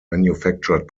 manufactured